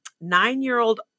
Nine-year-old